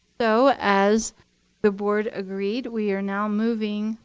so as the board agreed, we are now moving